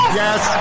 yes